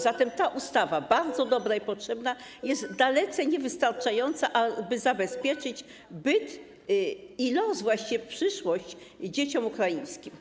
Zatem ta ustawa, bardzo dobra i potrzebna, jest dalece niewystarczająca, aby zabezpieczyć byt i los, właściwie przyszłość dzieciom ukraińskim.